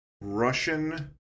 Russian